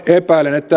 epäilen että